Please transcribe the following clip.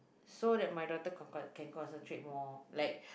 so that my daughter can con~ can concentrated more like